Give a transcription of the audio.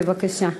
בבקשה.